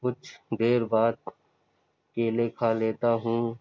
کچھ دیر بعد کیلے کھا لیتا ہوں